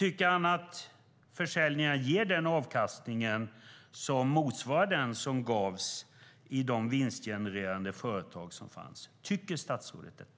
Ger försäljningarna motsvarande avkastning som den som gavs i de vinstgenererande företag som fanns? Tycker statsrådet detta?